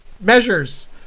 measures